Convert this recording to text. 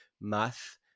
math